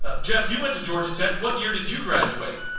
ah jeff, you went to georgia tech. what year did you graduate?